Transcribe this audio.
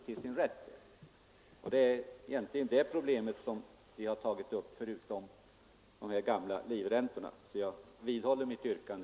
Det är vid sidan av de gamla livräntorna detta problem som vi har tagit upp. Herr talman! Jag vidhåller mitt yrkande.